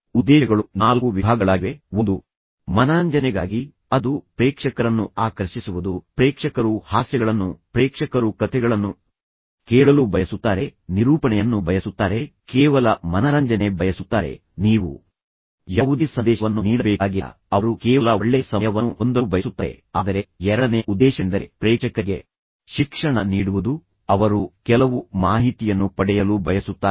ಉದ್ದೇಶಗಳು ನಾಲ್ಕು ವಿಭಾಗಗಳಾಗಿವೆ ಒಂದು ಮನರಂಜನೆಗಾಗಿ ಅದು ಪ್ರೇಕ್ಷಕರನ್ನು ಆಕರ್ಷಿಸುವುದು ಅಥವಾ ಮನರಂಜಿಸುವುದು ಪ್ರೇಕ್ಷಕರು ಹಾಸ್ಯಗಳನ್ನು ಕೇಳಲು ಬಯಸುತ್ತಾರೆ ಪ್ರೇಕ್ಷಕರು ಕಥೆಗಳನ್ನು ಕೇಳಲು ಬಯಸುತ್ತಾರೆ ಪ್ರೇಕ್ಷಕರು ನಿರೂಪಣೆಯನ್ನು ಬಯಸುತ್ತಾರೆ ಪ್ರೇಕ್ಷಕರು ಕೇವಲ ಮನರಂಜನೆ ಬಯಸುತ್ತಾರೆ ನೀವು ಯಾವುದೇ ಸಂದೇಶವನ್ನು ನೀಡಬೇಕಾಗಿಲ್ಲ ಅವರು ಕೇವಲ ಒಳ್ಳೆಯ ಸಮಯವನ್ನು ಹೊಂದಲು ಬಯಸುತ್ತಾರೆ ಆದರೆ ಎರಡನೆಯ ಉದ್ದೇಶವೆಂದರೆ ಪ್ರೇಕ್ಷಕರಿಗೆ ಶಿಕ್ಷಣ ನೀಡುವುದು ಅವರು ಕೆಲವು ಮಾಹಿತಿಯನ್ನು ಪಡೆಯಲು ಬಯಸುತ್ತಾರೆ